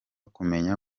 kumenya